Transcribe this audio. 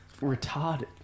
retarded